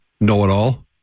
Know-it-all